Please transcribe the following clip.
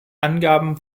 angaben